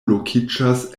lokiĝas